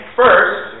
first